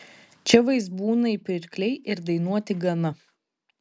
čia vaizbūnai pirkliai ir dainuoti gana